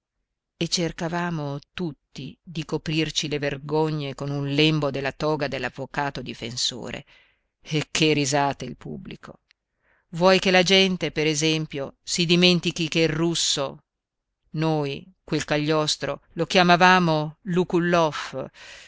e cercavamo tutti di coprirci le vergogne con un lembo della toga dell'avvocato difensore e che risate il pubblico vuoi che la gente per esempio si dimentichi che il russo noi quel cagliostro lo chiamavamo luculloff